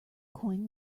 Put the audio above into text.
coin